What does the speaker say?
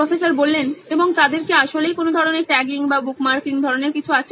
অধ্যাপক এবং তাদের কি আসলেই কোনো ধরনের ট্যাগিং বা বুকমার্কিং ধরনের কিছু আছে